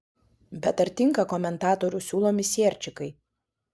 bet ar tinka komentatorių siūlomi sierčikai